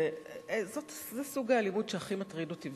וזה סוג האלימות שהכי מטריד אותי,